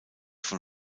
von